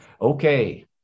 Okay